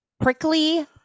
prickly